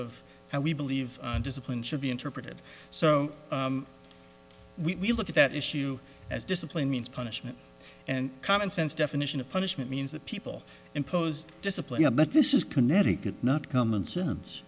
of how we believe discipline should be interpreted so we look at that issue as discipline means punishment and commonsense definition of punishment means that people impose discipline but this is connecticut not common sense